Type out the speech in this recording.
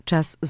Czas